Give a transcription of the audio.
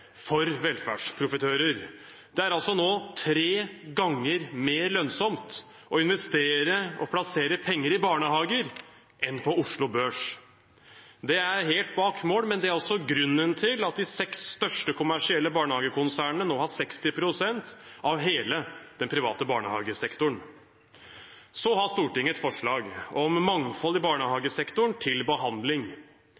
for velferdsprofitører. Det er altså nå tre ganger mer lønnsomt å investere og plassere penger i barnehager enn på Oslo Børs. Det er helt bak mål, men det er også grunnen til at de seks største kommersielle barnehagekonsernene nå har 60 pst. av hele den private barnehagesektoren. Så har Stortinget et forslag om mangfold i